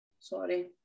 Sorry